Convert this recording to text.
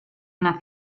una